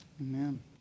Amen